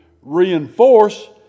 Reinforce